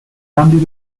handed